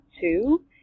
two